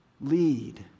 Lead